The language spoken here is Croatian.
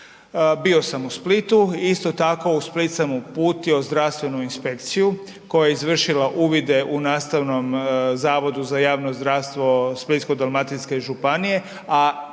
Bio sam u Splitu, isto tako u Split sam uputio zdravstvenu inspekciju koja je izvršila uvide u Nastavnom zavodu za javno zdravstvo Splitsko-dalmatinske županije, a kolegica ministrica demografije uputila svoju inspekciju.